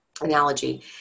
analogy